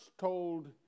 told